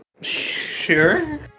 Sure